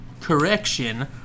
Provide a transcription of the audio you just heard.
correction